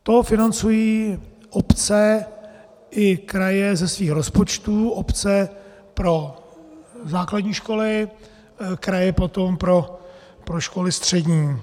To financují obce i kraje ze svých rozpočtů, obce pro základní školy, kraje potom pro školy střední.